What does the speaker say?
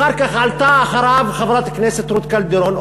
אחר כך עלתה אחריו חברת הכנסת רות קלדרון,